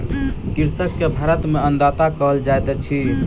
कृषक के भारत में अन्नदाता कहल जाइत अछि